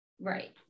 Right